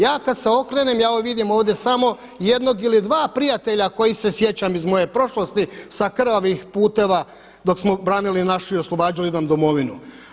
Ja kad se okrenem, ja vidim ovdje samo jednog ili dva prijatelja kojih se sjećam iz moje prošlosti sa krvavih puteva dok smo branili našu i oslobađali nam Domovinu.